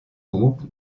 groupes